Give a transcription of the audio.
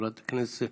חברת הכנסת,